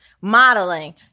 modeling